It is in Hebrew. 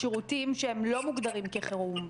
שירותים שהם לא מוגדרים כחירום,